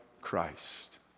Christ